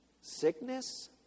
sickness